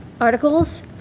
articles